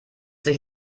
sich